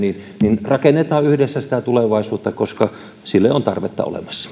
että rakennetaan yhdessä sitä tulevaisuutta koska sille on tarvetta olemassa